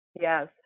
yes